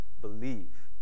believe